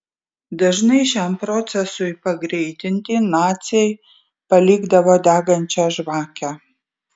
dažnai šiam procesui pagreitinti naciai palikdavo degančią žvakę